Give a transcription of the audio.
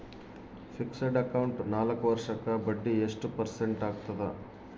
Fixed account ನಾಲ್ಕು ವರ್ಷಕ್ಕ ಬಡ್ಡಿ ಎಷ್ಟು ಪರ್ಸೆಂಟ್ ಆಗ್ತದ?